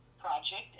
project